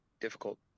difficult